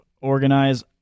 organize